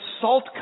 salt